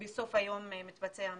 בסוף היום.